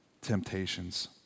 temptations